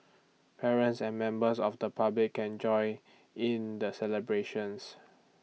parents and members of the public can join in the celebrations